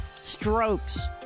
strokes